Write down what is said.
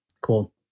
Cool